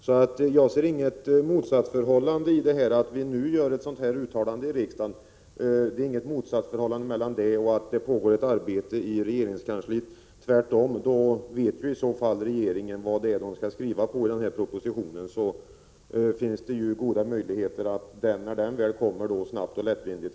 Så jag ser inget motsatsförhållande mellan att riksdagen gör ett uttalande och att det pågår ett arbete i regeringskansliet. Tvärtom, då vet ju regeringen vad den skall skriva i propositionen, och det finns goda möjligheter att propositionen går igenom riksdagen snabbt och lättvindigt.